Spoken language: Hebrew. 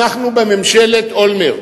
אנחנו בממשלת אולמרט,